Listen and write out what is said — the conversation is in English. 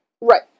Right